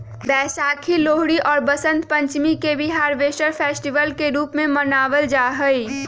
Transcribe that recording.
वैशाखी, लोहरी और वसंत पंचमी के भी हार्वेस्ट फेस्टिवल के रूप में मनावल जाहई